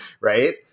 right